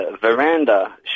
Veranda